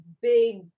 big